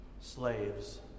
slaves